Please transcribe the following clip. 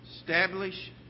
establish